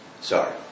Sorry